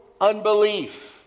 unbelief